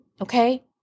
okay